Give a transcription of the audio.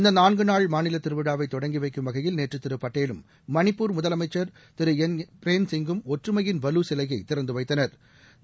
இந்த நான்கு நாள் மாநில திருவிழாவை தொடங்கி வைக்கும் வகையில் நேற்று திரு படேலும் மணிப்பூர் முதலமைச்சர் திரு என் பிரேன் சிங்கும் ஒற்றுமையின் வலு சிலையை திறந்து வைத்தனா்